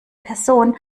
person